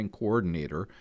coordinator